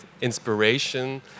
inspiration